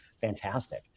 fantastic